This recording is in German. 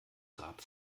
grab